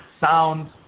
sound